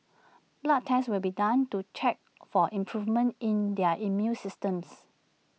blood tests will be done to check for improvements in their immune systems